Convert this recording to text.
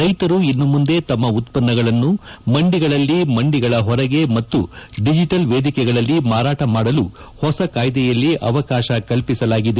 ರೈತರು ಇನ್ನು ಮುಂದೆ ತಮ್ಮ ಉತ್ಪನ್ನಗಳನ್ನು ಮಂಡಿಗಳಲ್ಲಿ ಮಂಡಿಗಳ ಹೊರಗೆ ಮತ್ತು ಡಿಜೆಟಲ್ ವೇದಿಕೆಗಳಲ್ಲಿ ಮಾರಾಟ ಮಾಡಲು ಹೊಸ ಕಾಯ್ದೆಯಲ್ಲಿ ಅವಕಾಶ ಕಲ್ಪಿಸಲಾಗಿದೆ